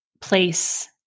place